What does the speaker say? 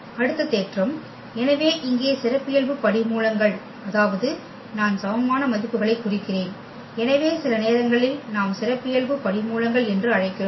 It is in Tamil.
அடுத்த தேற்றம் எனவே இங்கே சிறப்பியல்பு படிமூலங்கள் அதாவது நான் சமமான மதிப்புகளைக் குறிக்கிறேன் எனவே சில நேரங்களில் நாம் சிறப்பியல்பு படிமூலங்கள் என்று அழைக்கிறோம்